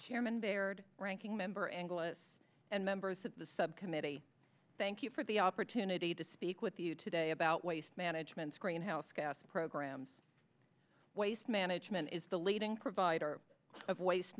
chairman baird ranking member anglos and members of the subcommittee thank you for the opportunity to speak with you today about waste management screen house gas program's waste management is the leading provider of waste